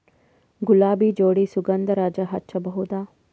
ಗುಲಾಬಿ ಜೋಡಿ ಸುಗಂಧರಾಜ ಹಚ್ಬಬಹುದ?